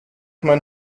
mein